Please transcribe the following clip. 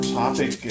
topic